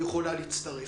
יכולה להצטרף.